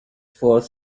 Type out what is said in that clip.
fourth